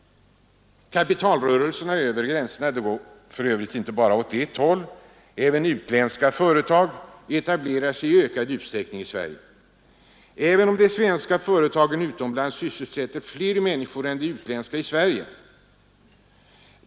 Kapitalrörelserna över gränserna går för övrigt inte bara åt ett håll. Även utländska imperialister etablerar sig i ökad utsträckning i Sverige, även om de svenska företagen utomlands sysselsätter flera människor än de utländska företagen i Sverige.